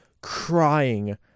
crying